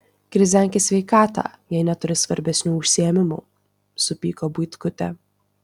krizenk į sveikatą jei neturi svarbesnių užsiėmimų supyko buitkutė